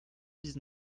dix